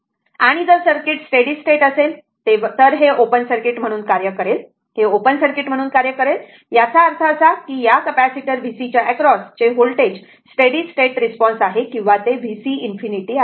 आणि जर circuit steady state असेल तर हे ओपन सर्किट म्हणून कार्य करेल हे ओपन सर्किट म्हणून कार्य करेल याचा अर्थ असा की या कॅपेसिटर vc च्या अक्रॉस चे व्होल्टेज स्टेडी स्टेट रिस्पॉन्स आहे किंवा ते vc ∞ आहे